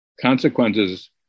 consequences